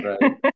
Right